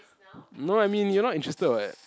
no I mean you're not interested what